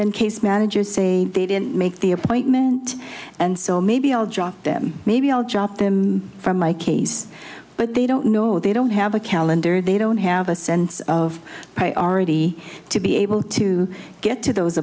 then case managers say they didn't make the appointment and so maybe i'll drop them maybe i'll drop them from my case but they don't know they don't have a calendar they don't have a sense of priority to be able to get to those